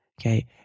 Okay